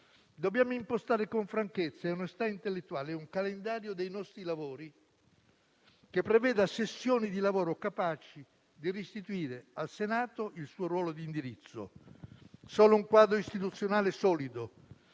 Dobbiamo impostare con franchezza e onestà intellettuale un calendario dei nostri lavori che preveda sessioni di lavoro capaci di restituire al Senato il suo ruolo di indirizzo. Solo un quadro istituzionale solido